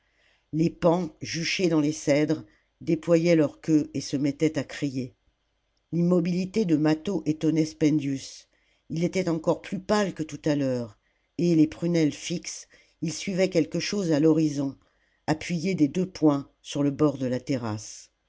les paons juchés dans les cèdres déployaient leur queue et se mettaient à crier l'mimobilité de mâtho étonnait spendius il était encore plus pâle que tout à l'heure et les prunelles fixes il suivait quelque chose à l'horizon appuyé des deux poings sur le bord de la terrasse